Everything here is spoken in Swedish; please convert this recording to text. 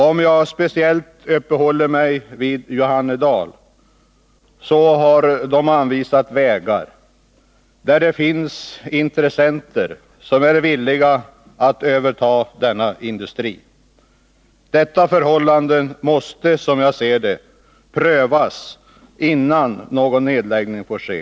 Om jag speciellt uppehåller mig vid Johannedal, kan jag nämna att de har anvisat vägar som lett till att det finns intressenter som är villiga att överta denna industri. Detta förhållande måste, som jag ser det, prövas innan någon nedläggning får ske.